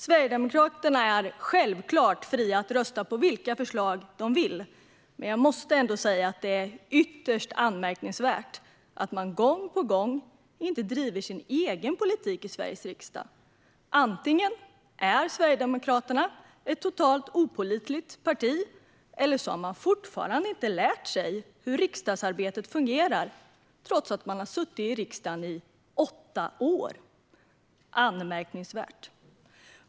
Sverigedemokraterna är självklart fria att rösta på vilka förslag de vill, men jag måste säga att det är ytterst anmärkningsvärt att de gång på gång undviker att driva sin egen politik i Sveriges riksdag. Antingen är Sverigedemokraterna ett totalt opålitligt parti eller så har de fortfarande inte lärt sig hur riksdagsarbetet fungerar, trots att de har suttit i riksdagen i åtta år. Det är anmärkningsvärt.